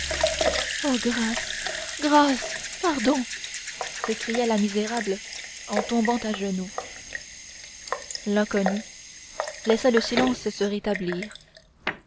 grâce grâce pardon s'écria la misérable en tombant à genoux l'inconnu laissa le silence se rétablir